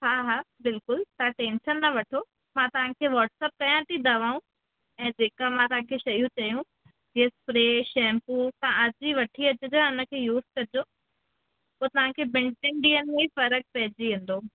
हा हा बिल्कुलु तव्हां टैंशन न वठो मां तव्हांखे व्हाट्सअप कया थी दवाऊं ऐं जेका मां तव्हांखे शयूं चयूं हीअ स्प्रे शैम्पू तव्हां अॼु ई वठी अचिजो ऐं इनखे यूस कजो पोइ तव्हांखे ॿिनि टिनि ॾींहनि में ई फ़रकु पइजी वेंदो